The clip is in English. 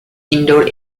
indoor